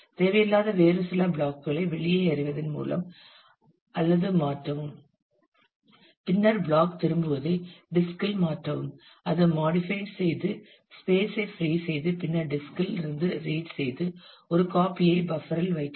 தேவையில்லாத வேறு சில பிளாக் களை வெளியே எறிவதன் மூலம் அல்லது மாற்றவும் பின்னர் பிளாக் திரும்புவதை டிஸ்க் இல் மாற்றவும் அது மாடிஃபைட் செய்து ஸ்பேஸை பிரீ செய்து பின்னர் டிஸ்க் இல் இருந்து ரீட் செய்து ஒரு காப்பி ஐ பஃப்பர் இல் வைக்கவும்